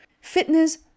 Fitness